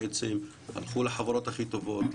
הלכו לחברות הכי טובות,